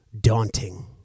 daunting